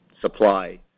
supply